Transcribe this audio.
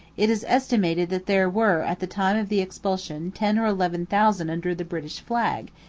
it is estimated that there were at the time of the expulsion ten or eleven thousand under the british flag,